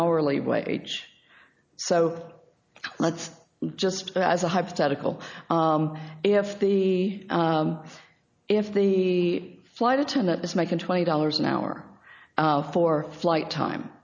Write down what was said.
hourly wage so let's just as a hypothetical if the if the flight attendant is making twenty dollars an hour for flight time